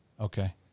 Okay